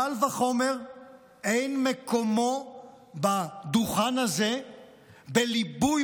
קל וחומר אין מקומו בדוכן הזה בליבוי